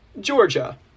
Georgia